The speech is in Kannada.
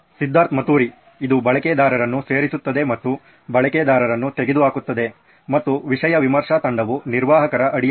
ಸಿದ್ಧಾರ್ಥ್ ಮತುರಿ ಇದು ಬಳಕೆದಾರರನ್ನು ಸೇರಿಸುತ್ತದೆ ಮತ್ತು ಬಳಕೆದಾರರನ್ನು ತೆಗೆದುಹಾಕುತ್ತದೆ ಮತ್ತು ವಿಷಯ ವಿಮರ್ಶೆ ತಂಡವು ನಿರ್ವಾಹಕರ ಅಡಿಯಲ್ಲಿದೆ